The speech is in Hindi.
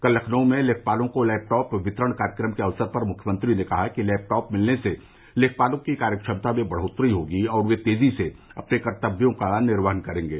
कल लखनऊ में लेखपालों को लैपटॉप वितरण कार्यक्रम के अवसर पर मुख्यमंत्री ने कहा कि लैपटॉप मिलने से लेखपालों की कार्यक्षमता में बढ़ोत्तरी होगी और वे तेज़ी से अपने दायित्व का निर्वहन करेंगे